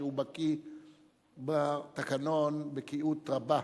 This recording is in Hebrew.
שהוא בקי בתקנון בקיאות רבה.